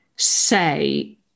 say